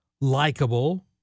likable